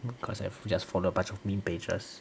because I've just followed a bunch of meme pages